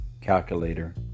calculator